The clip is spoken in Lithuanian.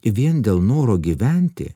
vien dėl noro gyventi